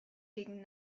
legen